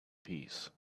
peace